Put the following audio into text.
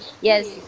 yes